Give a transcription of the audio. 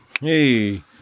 Hey